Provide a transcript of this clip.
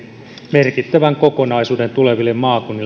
merkittävän kokonaisuuden tuleville maakunnille